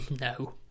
No